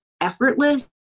effortless